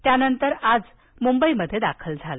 त्यांनतर आज तर मुंबईत दाखल झालं